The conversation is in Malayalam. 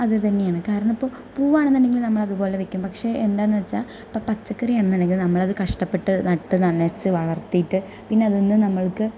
അത് തന്നെയാണ് കാരണം ഇപ്പോൾ പൂവ് ആണെന്നുണ്ടെങ്കിൽ നമ്മൾ അതുപോലെ വയ്ക്കും പക്ഷേ എന്താണെന്ന് വെച്ചാൽ ഇപ്പം പച്ചക്കറി ആണെന്നുണ്ടെങ്കിൽ നമ്മൾ അത് കഷ്ടപ്പെട്ട് നട്ട് നനച്ച് വളർത്തിയിട്ട് പിന്നെ അതിൽ നിന്ന് നമുക്ക്